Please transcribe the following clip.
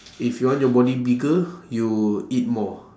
if you want your body bigger you eat more